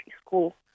school